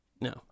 No